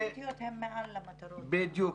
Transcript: הפוליטיות הן מעל המטרות ה בדיוק,